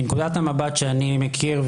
מנקודת המבט שאני מכיר,